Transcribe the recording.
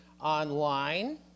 online